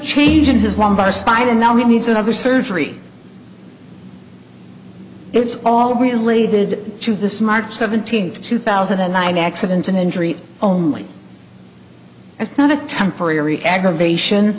change in his lumbar spine and now he needs another surgery it's all related to this march seventeenth two thousand and nine accident an injury only it's not a temporary aggravation